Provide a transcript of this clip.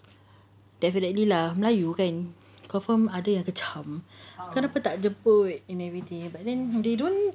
definitely lah now you kan confirm ada yang macam kenapa tak jemput and everything and then they don't